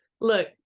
look